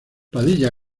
padilla